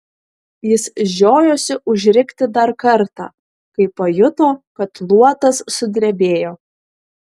jis žiojosi užrikti dar kartą kai pajuto kad luotas sudrebėjo